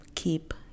Keep